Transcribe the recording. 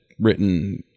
written